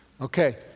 Okay